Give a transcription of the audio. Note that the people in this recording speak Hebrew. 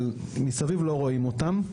אבל לא רואים אותם מסביב.